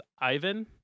Ivan